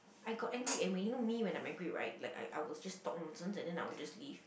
I got angry and when you know me when I'm angry right like I I will just talk nonsense and then I will just leave